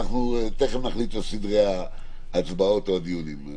תיכף נחליט על סדרי ההצבעות או הדיונים.